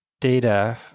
data